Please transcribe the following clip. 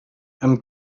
amb